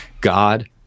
God